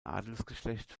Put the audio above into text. adelsgeschlecht